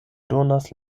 donas